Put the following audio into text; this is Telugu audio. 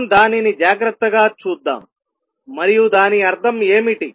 మనం దానిని జాగ్రత్తగా చూద్దాం మరియు దాని అర్థం ఏమిటి